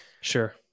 Sure